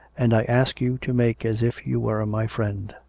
and i ask you to make as if you were my friend.